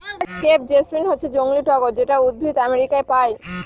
crepe jasmine হচ্ছে জংলী টগর যেটা উদ্ভিদ আমেরিকায় পায়